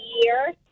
year